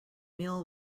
meal